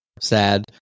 sad